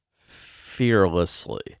Fearlessly